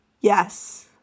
Yes